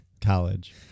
college